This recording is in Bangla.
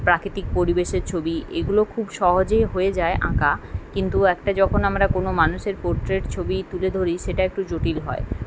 প্রাকৃতিক পরিবেশের ছবি এগুলো খুব সহজেই হয়ে যায় আঁকা কিন্তু একটা যখন আমরা কোনো মানুষের পোট্রেট ছবি তুলে ধরি সেটা একটু জটিল হয়